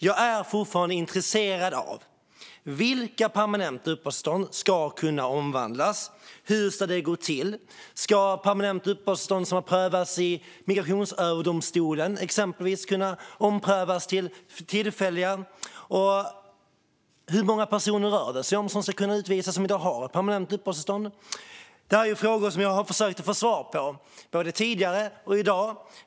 Jag är fortfarande intresserad av vilka permanenta uppehållstillstånd som ska kunna omvandlas och hur det ska gå till. Ska exempelvis permanenta uppehållstillstånd som har prövats i Migrationsöverdomstolen kunna omvandlas till tillfälliga? Och hur många personer rör det sig om när vi talar om personer som ska utvisas och som i dag har permanent uppehållstillstånd? Detta är frågor som jag har försökt att få svar på både tidigare och i dag.